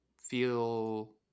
feel